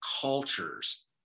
cultures